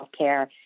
healthcare